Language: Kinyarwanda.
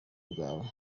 bwawe